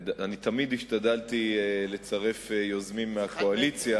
תמיד השתדלתי לצרף יוזמים מהקואליציה,